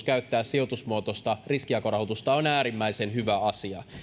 käyttää sijoitusmuotoista riskinjakorahoitusta on äärimmäisen hyvä asia